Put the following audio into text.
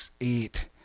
eight